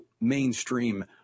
mainstream